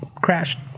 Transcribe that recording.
crashed